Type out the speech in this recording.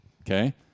Okay